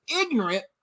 ignorant